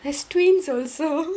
there's twins also